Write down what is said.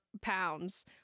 pounds